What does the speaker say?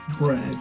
bread